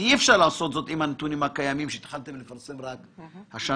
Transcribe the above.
ואי אפשר לעשות זאת עם הנתונים הקיימים שהתחלתם לפרסם רק השנה.